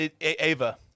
Ava